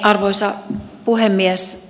arvoisa puhemies